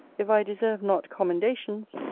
if i deserve not commendations,